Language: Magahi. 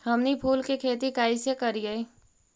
हमनी फूल के खेती काएसे करियय?